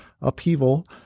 upheaval